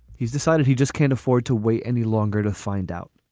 he's decided he just can't afford to wait any longer to find out